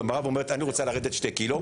המראה ואומרת "אני רוצה לרדת שני ק"ג,